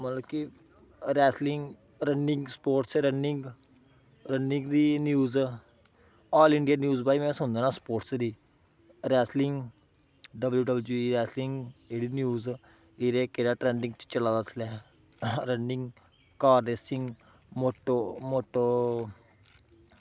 मतलब की wrestling running sports running running दी न्यूज़ ऑल इंडिया न्यूज़ भई में सुनना होना स्पोर्टस दी रैसलिंग डब्ल्यूडब्ल्यूई रैसलिंग जेह्ड़ी न्यूज़ एह्दे च केह् ट्रेंडिंग च चला दा इसलै रनिंग कार रेसिंग मोटो मोटो